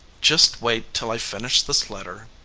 just wait till i finish this letter,